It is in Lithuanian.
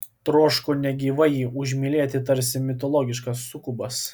troško negyvai jį užmylėti tarsi mitologiškas sukubas